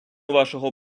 вашого